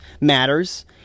matters